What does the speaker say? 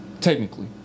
Technically